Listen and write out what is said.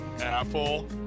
Apple